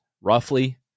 roughly